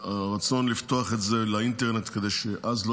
הרצון הוא לפתוח את זה לאינטרנט כדי שאז לא